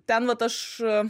ten vat aš